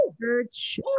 church